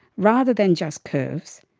rather than just curves,